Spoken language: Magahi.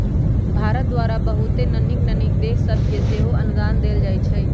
भारत द्वारा बहुते नन्हकि नन्हकि देश सभके सेहो अनुदान देल जाइ छइ